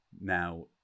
now